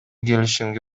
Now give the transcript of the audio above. келишимге